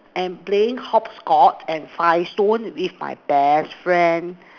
and playing hop scotch and five stone with my best friend